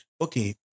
okay